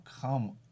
come